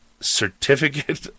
certificate